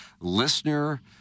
Listener